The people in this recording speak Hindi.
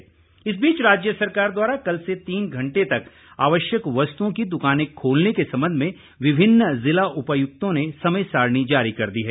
दुकान समय इस बीच राज्य सरकार द्वारा कल से तीन घंटे तक आवश्यक वस्तुओं की दुकाने खोलने के संबंध में विभिन्न जिला उपायुक्तों ने समय सारणी जारी कर दी है